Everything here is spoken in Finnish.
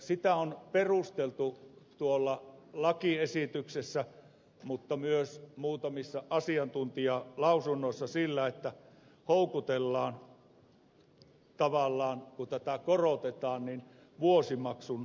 sitä on perusteltu tuolla lakiesityksessä mutta myös muutamissa asiantuntijalausunnoissa sillä että houkutellaan tavallaan kun tätä korotetaan vuosimaksun maksamiseen